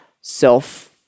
self